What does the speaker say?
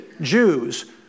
Jews